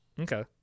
Okay